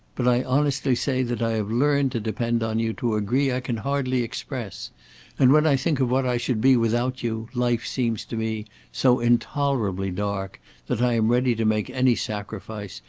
but i honestly say that i have learned to depend on you to a degree i can hardly express and when i think of what i should be without you, life seems to me so intolerably dark that i am ready to make any sacrifice,